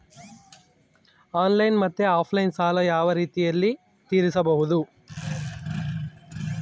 Online ಮತ್ತೆ offline ಸಾಲ ಯಾವ ಯಾವ ರೇತಿನಲ್ಲಿ ತೇರಿಸಬಹುದು?